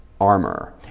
armor